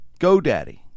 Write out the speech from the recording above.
GoDaddy